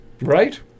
Right